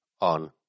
on